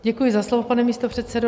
Děkuji za slovo, pane místopředsedo.